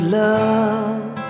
love